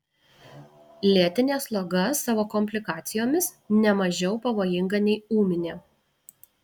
lėtinė sloga savo komplikacijomis ne mažiau pavojinga nei ūminė